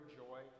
joy